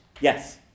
Yes